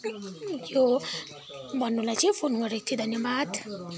यो भन्नुलाई चाहिँ फोन गरेको थिएँ धन्यवाद